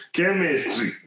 Chemistry